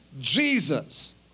Jesus